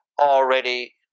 already